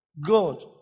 God